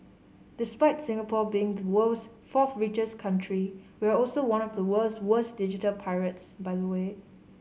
despite Singapore being the world's fourth richest country we're also one of the world's worst digital pirates by the way